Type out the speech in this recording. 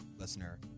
listener